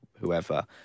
whoever